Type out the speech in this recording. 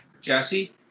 Jesse